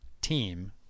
team